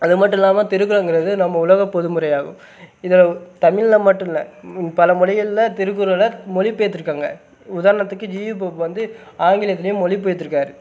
அது மட்டும் இல்லாமல் திருக்குறளுங்கிறது நம்ம உலகப் பொதுமறையாகும் இதில் தமிழில் மட்டும் இல்லை பல மொழிகள்ல திருக்குறளை மொழி பெயர்த்திருக்காங்க உதாரணத்துக்கு ஜி யு போப் வந்து ஆங்கிலத்திலையே மொழிபெயர்த்துருக்காரு